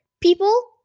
people